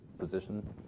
position